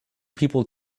people